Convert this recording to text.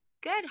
Good